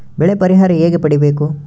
ಬೆಳೆ ಪರಿಹಾರ ಹೇಗೆ ಪಡಿಬೇಕು?